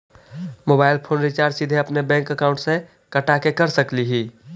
Mobile phone recharge सीधे अपन bank account से कटा के कर सकली ही?